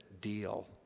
deal